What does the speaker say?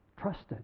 trusted